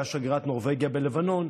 שהייתה שגרירת נורבגיה בלבנון,